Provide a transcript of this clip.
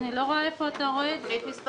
אני לא רואה איפה אתה רואה את זה.